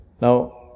Now